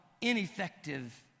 ineffective